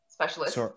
specialist